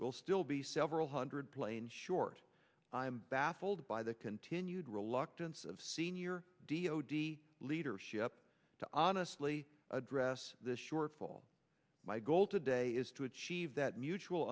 will still be several hundred plane short i am baffled by the continued reluctance of senior d o d leadership to honestly address this shortfall my goal today is to achieve that mutual